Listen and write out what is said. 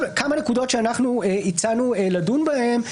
כמה נקודות שהצענו לדון בהן,